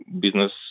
business